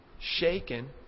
shaken